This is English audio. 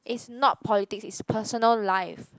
it's not politics it's personal life